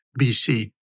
BC